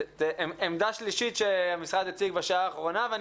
זו עמדה שלישית שהמשרד הציג בשעה האחרונה ואני